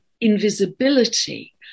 invisibility